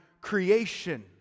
creation